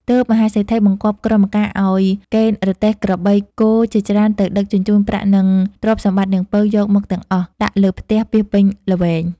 ទើបមហាសេដ្ឋីបង្គាប់ក្រុមការឲ្យកេណ្ឌរទេះក្របីគោជាច្រើន ទៅដឹកជញ្ជូនប្រាក់និងទ្រព្យសម្បត្តិនាងពៅ យកមកទាំងអស់ ដាក់លើផ្ទះពាសពេញល្វែង។